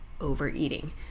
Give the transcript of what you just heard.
overeating